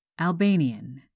Albanian